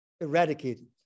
eradicated